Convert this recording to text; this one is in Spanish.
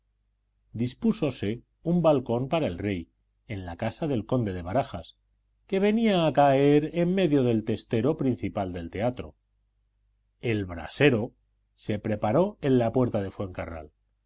fe dispúsose un balcón para el rey en la casa del conde de barajas que venía a caer en medio del testero principal del teatro el brasero se preparó en la puerta de fuencarral